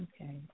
Okay